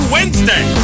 Wednesday